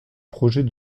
projet